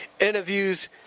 interviews